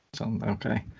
okay